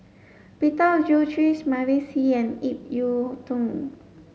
Peter Gilchrist Mavis Hee and Ip Yiu Tung